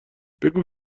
بگو